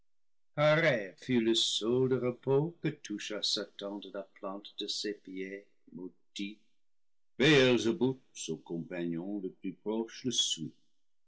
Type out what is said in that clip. le sol de repos que toucha satan de la plante de ses pieds maudits béelzébuth son compagnon le plus proche